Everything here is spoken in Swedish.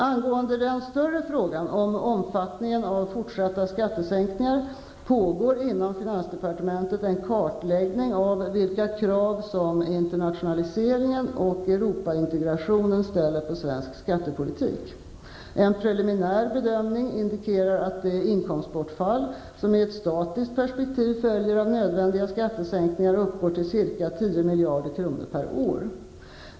Angående den större frågan om omfattningen av fortsatta skattesänkningar pågår inom finansdepartementet en kartläggning av vilka krav som internationaliseringen och Europaintegrationen ställer på svensk skattepolitik. En preliminär bedömning indikerar att det inkomstbortfall som i ett statiskt perspektiv följer av nödvändiga skattesänkningar uppgår till ca 10 miljarder kronor per år.